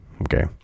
okay